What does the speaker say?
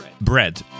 bread